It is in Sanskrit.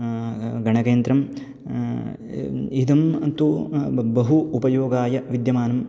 गणकयन्त्रम् इदं तु बहु उपयोगाय विद्यमानम्